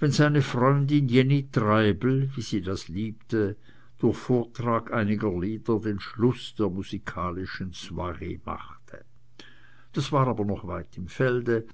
wenn seine freundin jenny treibel wie sie das liebte durch vortrag einiger lieder den schluß der musikalischen soiree machte das war aber noch weit im felde